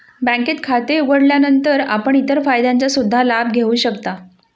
बँकेत खाते उघडल्यानंतर आपण इतर फायद्यांचा सुद्धा लाभ घेऊ शकता